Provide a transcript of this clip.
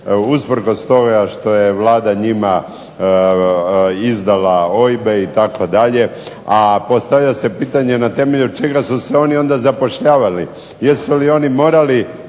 usprkos toga što je Vlada njima izdala OIB-e itd. A postavlja se pitanje na temelju čega su se oni onda zapošljavali? Jesu li oni morali